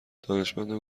دانشمندا